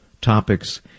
topics